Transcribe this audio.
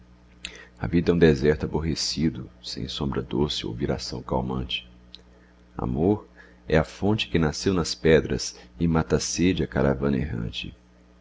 a vida é um deserto aborrecido sem sombra doce ou viração calmante amor é a fonte que nasceu nas pedras e mata a sede à caravana errante